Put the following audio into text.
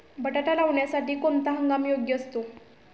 बटाटा लावण्यासाठी कोणता हंगाम योग्य असतो?